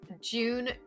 June